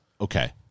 okay